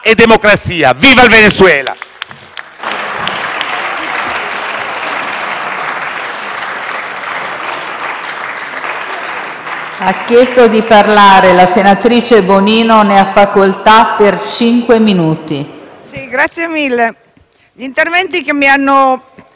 democrazia. Viva il Venezuela!